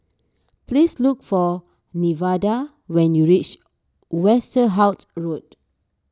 please look for Nevada when you reach Westerhout Road